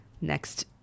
Next